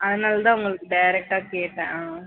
அதனால் தான் உங்களுக்கு டேரெக்ட்டாக கேட்டேன் ஆ